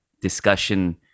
discussion